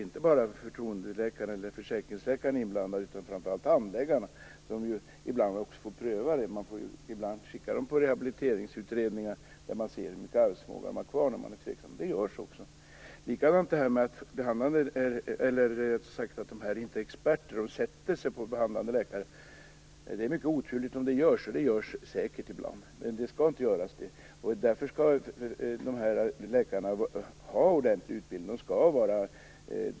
Inte bara förtroendeläkare eller försäkringsläkare är inblandad utan också, och kanske framför allt, handläggarna, som ibland också får göra en prövning. Ibland skickas folk på rehabiliteringsutredning för att man skall se hur mycket arbetsförmåga som finns kvar. Det görs när man är tveksam. Det är inte säkert att det rör sig om experter och det kan hända att förtroendeläkaren sätter sig på den behandlande läkaren. Det är mycket oturligt om det sker. Så är det ibland, men det skall inte vara så. Därför skall de här läkarna ha en ordentlig utbildning.